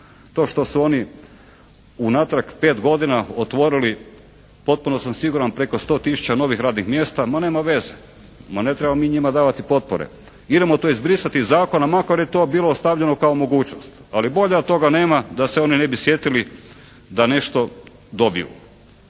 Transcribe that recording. To što su oni unatrag 5 godina otvorili potpuno sam siguran preko 100 tisuća novih radnih mjesta ma nema veze, ma ne trebamo mi njima davati potpore, idemo to izbrisati iz zakona makar je to bilo ostavljeno kao mogućnost. Ali bolje da toga nema da se oni ne bi sjetili da nešto dobiju.